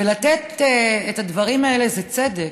ולתת את הדברים האלה זה צדק,